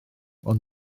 ond